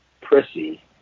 prissy